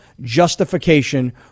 justification